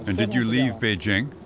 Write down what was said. and did you leave beijing?